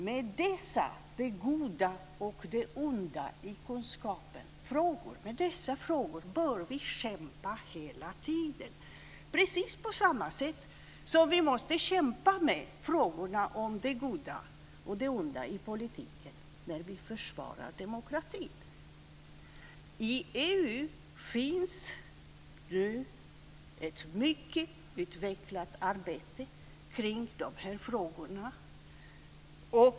Med dessa frågor om det goda och det onda i kunskapen bör vi kämpa hela tiden, precis på samma sätt som vi måste kämpa med frågorna om det goda och det onda i politiken när vi försvarar demokratin. I EU finns ett mycket utvecklat arbete kring de frågorna.